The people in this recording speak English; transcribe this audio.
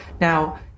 Now